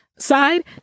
side